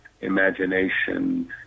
imagination